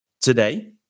today